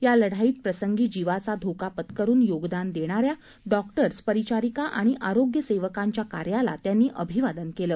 या लढाईत प्रसंगी जिवाचा धोका पत्करुन योगदान देणाऱ्या डॉक्टर्स परिचारिका आणि आरोग्य सेवकांच्या कार्याला त्यांनी अभिवादन केलं